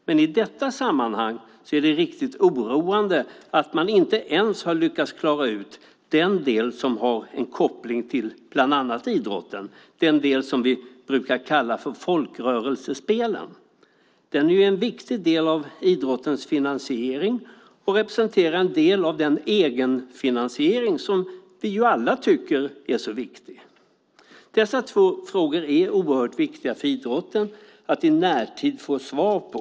Men i detta sammanhang är det riktigt oroande att man inte ens har lyckats klara ut den del som har koppling till bland annat idrotten och som vi brukar kalla för folkrörelsespelen - en viktig del av idrottens finansiering som representerar en bit av den egenfinansiering som vi alla tycker är så viktig. Dessa två för idrotten oerhört viktiga frågor är det viktigt att i närtid få svar på.